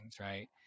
right